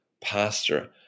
pastor